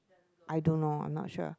I don't know I'm not sure